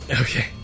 okay